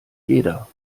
jeder